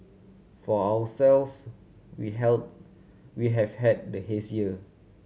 for ourselves we had we have had the haze year